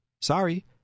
Sorry